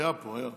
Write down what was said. היה פה, היה.